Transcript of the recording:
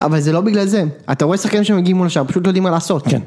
אבל זה לא בגלל זה, אתה רואה שחקנים שמגיעים מול השער, פשוט לא יודעים מה לעשות